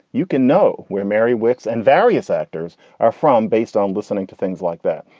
you can know where mary wicks and various actors are from based on listening to things like that.